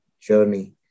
journey